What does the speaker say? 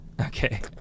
Okay